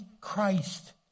Christ